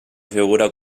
figura